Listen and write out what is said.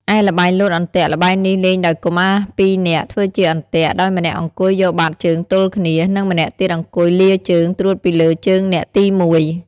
ឯល្បែងលោតអន្ទាក់ល្បែងនេះលេងដោយកុមារពីរនាក់ធ្វើជាអន្ទាក់ ដោយម្នាក់អង្គុយយកបាតជើងទល់គ្នា និងម្នាក់ទៀតអង្គុយលាជើងត្រួតពីលើជើងអ្នកទីមួយ ។